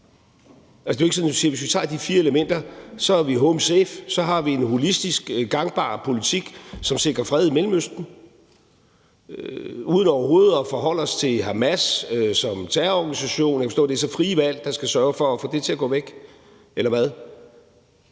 at man kan sige, at hvis vi tager de fire elementer, er vi homesafe, og at så har vi en holistisk gangbar politik, som sikrer fred i Mellemøsten, uden overhovedet at forholde os til Hamas som terrororganisation – jeg kan forstå, at det er frie valg, der så skal sørge for at få det til at gå væk, eller hvad?